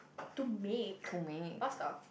to make pasta